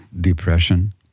depression